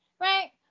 right